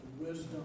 wisdom